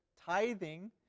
Tithing